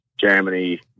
Germany